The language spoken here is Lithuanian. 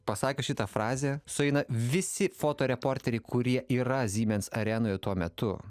pasakė šitą frazę sueina visi fotoreporteriai kurie yra siemens arenoje tuo metu